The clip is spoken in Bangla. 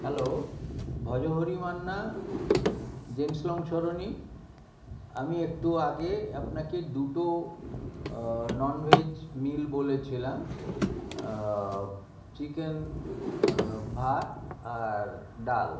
hello Bhojohori Manna James Long Sarani আমি একটু আগে আপনাকে দুটো ননভেজ মীল বলেছিলাম চিকেন ভাত আর ডাল